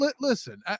listen